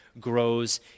grows